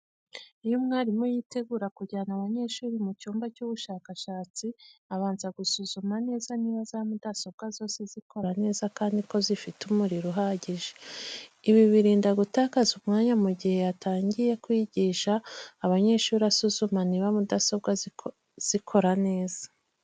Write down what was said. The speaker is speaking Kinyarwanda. Iyo umwarimu yitegura kujyana abanyeshuri mu cyumba cy'ubushakashatsi abanza gusuzuma neza niba za mudasobwa zose zikora neza kandi ko zifite umuriro uhajyije. Ibi birinda gutakaza umwanya mu jyihe yatanjyiye kwijyisha abanyeshuri asuzuma niba mudasobwa zikora neza.